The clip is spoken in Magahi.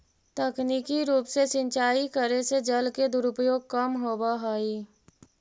तकनीकी रूप से सिंचाई करे से जल के दुरुपयोग कम होवऽ हइ